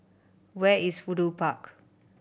where is Fudu Park